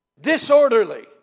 disorderly